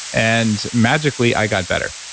and magically, i got better.